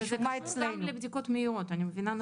וזה קשור גם לבדיקות מהירות, אני מבינה נכון?